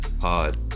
hard